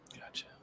Gotcha